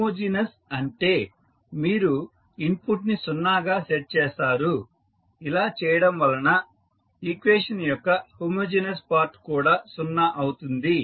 homogeneous అంటే మీరు input ని 0 గా సెట్ చేస్తారు ఇలా చేయడం వల్ల ఈక్వేషన్ యొక్క హోమోజీనస్ పార్ట్ కూడా 0 అవుతుంది